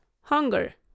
hunger